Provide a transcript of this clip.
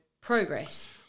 progress